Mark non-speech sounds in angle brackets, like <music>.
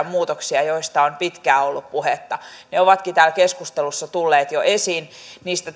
<unintelligible> muutoksia joista on pitkään ollut puhetta ne ovatkin täällä keskustelussa tulleet jo esiin niistä <unintelligible>